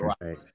right